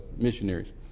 missionaries